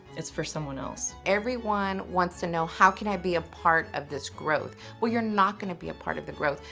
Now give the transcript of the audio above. it's for someone else. everyone wants to know how can i be a part of this growth? well, you're not gonna be a part of the growth.